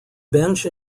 bench